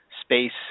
space